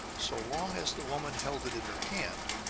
so long as the woman held it in her hand,